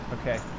Okay